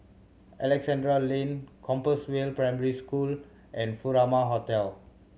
Alexandra Lane Compassvale Primary School and Furama Hotel